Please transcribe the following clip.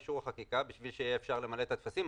אישור חקיקה בשביל שיהיה אפשר למלא את הטפסים.